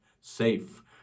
safe